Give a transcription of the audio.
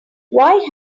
why